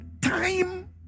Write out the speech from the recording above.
time